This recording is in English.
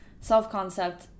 self-concept